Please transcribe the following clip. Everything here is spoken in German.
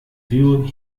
viewing